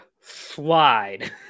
slide